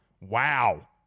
Wow